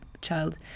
child